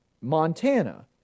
Montana